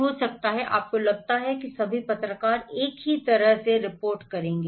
हो सकता है आपको लगता है कि सभी पत्रकार एक ही तरह से रिपोर्ट करेंगे